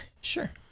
Sure